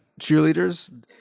cheerleaders